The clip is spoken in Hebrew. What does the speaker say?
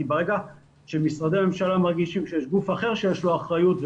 כי ברגע שמשרדי הממשלה מרגישים שיש גוף אחר שיש לו אחריות,